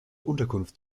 unterkunft